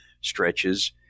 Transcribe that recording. stretches